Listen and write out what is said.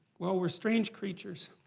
well, we're strange creatures.